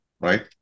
right